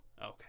Okay